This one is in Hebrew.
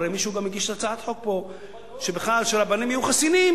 הרי מישהו גם הגיש פה הצעת חוק שבכלל רבנים יהיו חסינים,